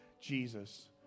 Jesus